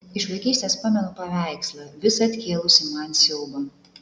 iš vaikystės pamenu paveikslą visad kėlusį man siaubą